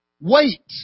Wait